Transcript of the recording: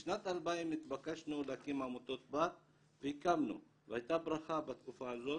משנת 2000 התבקשנו להקים עמותת בת והקמנו והייתה ברכה בתקופה הזאת,